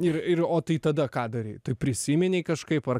ir ir o tai tada ką darei tai prisimenei kažkaip ar